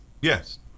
Yes